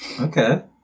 Okay